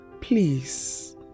please